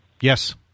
Yes